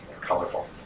Colorful